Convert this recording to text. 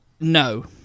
No